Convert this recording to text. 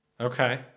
Okay